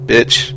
Bitch